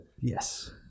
Yes